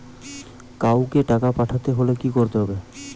কাওকে টাকা পাঠাতে হলে কি করতে হবে?